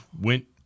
went